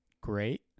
great